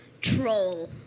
Troll